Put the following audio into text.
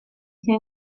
sia